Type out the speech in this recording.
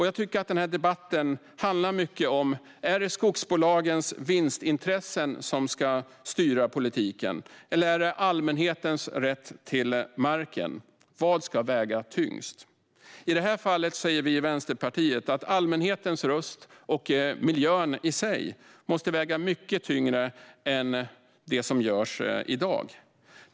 Jag tycker att debatten handlar mycket om huruvida det är skogsbolagens vinstintressen eller allmänhetens rätt till marken som ska styra politiken. Vad ska väga tyngst? I det här fallet säger vi i Vänsterpartiet att allmänhetens röst och miljön i sig måste väga mycket tyngre än de gör i dag.